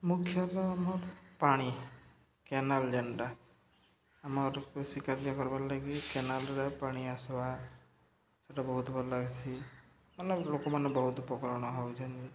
ମୁଖ୍ୟତଃ ଆମର୍ ପାଣି କେନାଲ୍ ଯେନ୍ଟା ଆମର୍ କୃଷି କାର୍ଯ୍ୟ କର୍ବାର୍ ଲାଗି କେନାଲ୍ରେ ପାଣି ଆସ୍ବା ସେଟା ବହୁତ୍ ଭଲ୍ ଲାଗ୍ସି ମାନେ ଲୋକ୍ମାନେ ବହୁତ୍ ଉପକରଣ ହଉଛନ୍